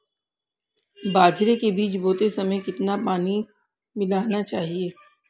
बाजरे के बीज बोते समय कितना पानी मिलाना चाहिए?